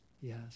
Yes